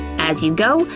as you go,